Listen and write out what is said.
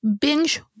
binge